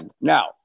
Now